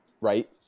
Right